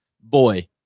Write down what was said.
boy